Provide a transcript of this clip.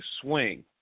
swing